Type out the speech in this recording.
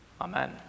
Amen